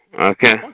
Okay